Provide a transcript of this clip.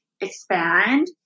expand